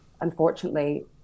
unfortunately